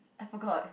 I forgot